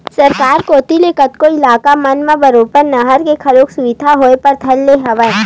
सरकार कोती ले कतको इलाका मन म बरोबर नहर के घलो सुबिधा होय बर धर ले हवय